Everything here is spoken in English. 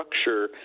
structure